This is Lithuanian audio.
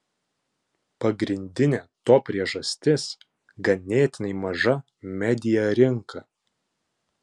pagrindinė to priežastis ganėtinai maža media rinka